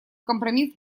компромисс